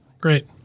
Great